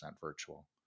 virtual